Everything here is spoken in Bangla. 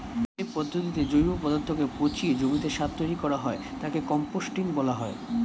যে পদ্ধতিতে জৈব পদার্থকে পচিয়ে জমিতে সার তৈরি করা হয় তাকে কম্পোস্টিং বলা হয়